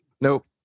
Nope